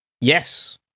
Yes